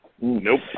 Nope